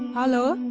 hello!